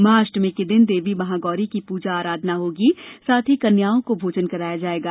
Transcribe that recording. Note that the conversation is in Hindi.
महाअष्टमी के दिन देवी महागौरी की पूजा आराधना होगी साथ ही कन्याओं को भोजन कराया जायेगा